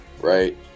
right